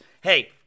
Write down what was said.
hey